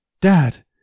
Dad